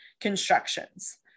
Constructions